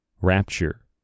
rapture